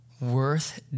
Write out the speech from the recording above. worth